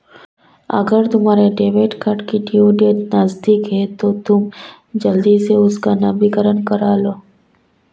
अगर तुम्हारे debit card की ड्यू डेट नज़दीक है तो तुम जल्दी से उसका नवीकरण करालो